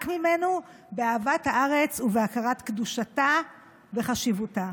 ממנו באהבת הארץ ובהכרת קדושתה וחשיבותה.